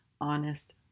honest